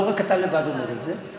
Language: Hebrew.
לא רק אתה לבד אומר את זה,